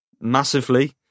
massively